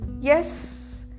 yes